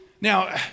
Now